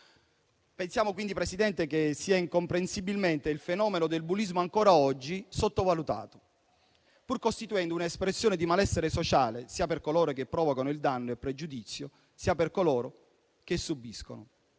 Pensiamo quindi, Presidente, che sia incomprensibilmente il fenomeno del bullismo ancora oggi sottovalutato, pur costituendo un'espressione di malessere sociale sia per coloro che provocano il danno e il pregiudizio, sia per coloro che lo subiscono.